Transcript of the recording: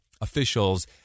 officials